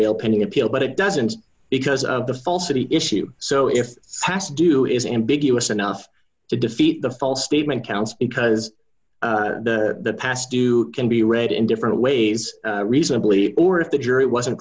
bail pending appeal but it doesn't because of the falsity issue so if fast do is ambiguous enough to defeat the false statement counts because the past you can be read in different ways reasonably or if the jury wasn't